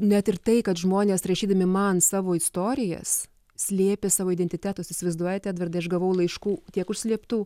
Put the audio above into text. net ir tai kad žmonės rašydami man savo istorijas slėpė savo identitetus įsivaizduojate edvardai aš gavau laiškų tiek užslėptų